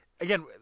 Again